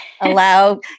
allow